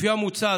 לפי המוצע,